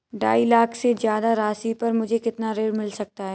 ढाई लाख से ज्यादा राशि पर मुझे कितना ऋण मिल सकता है?